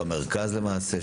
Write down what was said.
במרכז למעשה,